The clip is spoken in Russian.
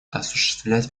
осуществлять